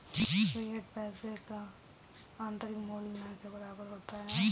fiat पैसे का आंतरिक मूल्य न के बराबर होता है